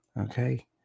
okay